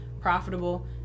profitable